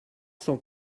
cent